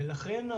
לכן,